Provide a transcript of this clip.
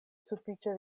sufiĉe